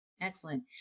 Excellent